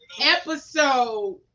Episode